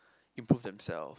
improve themselves